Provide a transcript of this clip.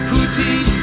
Putin